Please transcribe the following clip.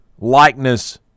likeness